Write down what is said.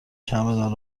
چمدان